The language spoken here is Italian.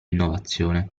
innovazione